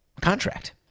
contract